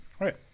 Right